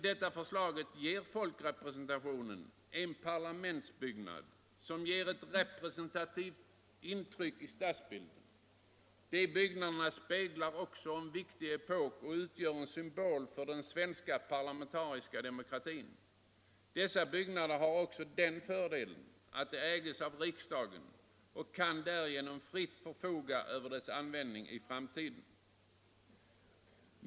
Folkrepresentanterna får genom en ombyggnad ett parlament som ger ett representativt intryck i stadsbilden. Byggnaderna på Helgeandsholmen speglar en viktig epok och utgör en symbol för den svenska parlamentariska demokratin. Dessa byggnader har också den fördelen att de äges av riksdagen som därigenom fritt kan förfoga över deras användning även i framtiden.